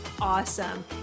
awesome